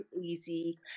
easy